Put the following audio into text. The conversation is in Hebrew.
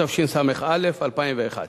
התשס"א 2001,